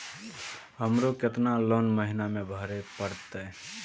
हमरो केतना लोन महीना में भरे परतें?